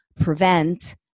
prevent